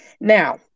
Now